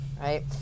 right